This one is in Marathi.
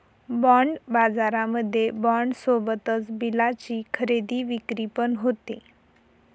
बाँड बाजारामध्ये बाँड सोबतच बिलाची खरेदी विक्री पण होते